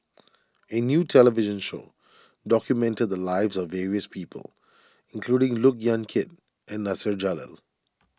a new television show documented the lives of various people including Look Yan Kit and Nasir Jalil